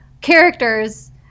characters